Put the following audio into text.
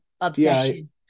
obsession